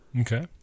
Okay